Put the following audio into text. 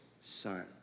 son